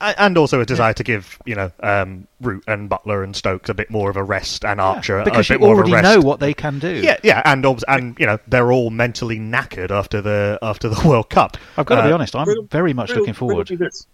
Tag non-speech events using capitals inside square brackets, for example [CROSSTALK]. A- and also a Yeah. desire to give, you know, um, Root and Buttler and Stokes a bit more of a rest and Yeah, Archer a because bit you more of a already rest. know what they can do. Yeah, yeah, and obs- and, you know, they're all mentally knackered after the- after [LAUGHS] the World Cup. I've gotta be Uh, honest, I'm Riddle- very much riddle- looking forward. riddle me this.